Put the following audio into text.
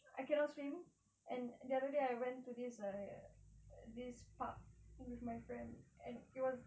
I cannot swim and the other day I went to this this park with my friend and it was